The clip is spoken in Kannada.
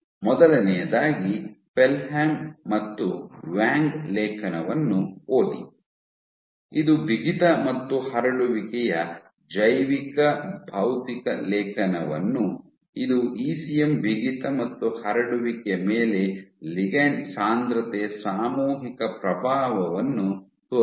ಮೊದಲನೆಯದಾಗಿ ಪೆಲ್ಹಾಮ್ ಮತ್ತು ವಾಂಗ್ ಲೇಖನವನ್ನು ಓದಿ ಇದು ಬಿಗಿತ ಮತ್ತು ಹರಡುವಿಕೆಯ ಜೈವಿಕ ಭೌತಿಕ ಲೇಖನವನ್ನು ಇದು ಇಸಿಎಂ ಬಿಗಿತ ಮತ್ತು ಹರಡುವಿಕೆಯ ಮೇಲೆ ಲಿಗಂಡ್ ಸಾಂದ್ರತೆಯ ಸಾಮೂಹಿಕ ಪ್ರಭಾವವನ್ನು ತೋರಿಸಿದೆ